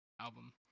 album